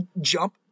jump